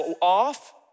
off